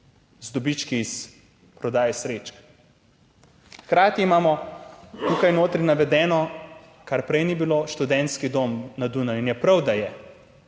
z dobički od prodaje srečk, imamo hkrati tukaj notri navedeno, česar prej ni bilo, študentski dom na Dunaju, in je prav, da je.